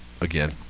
again